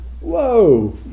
whoa